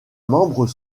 membres